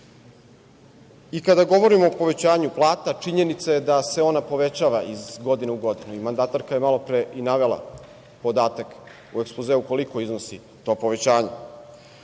platu. Kada govorimo o povećanju plata činjenica je da se ona povećava iz godine u godinu. Mandatarka je malopre i navela podatak u ekspozeu koliko iznosi to povećanje.